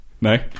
No